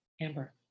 Amber